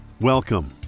Welcome